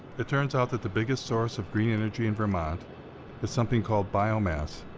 it turns out that the biggest source of green energy in vermont is something called biomass.